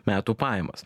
metų pajamas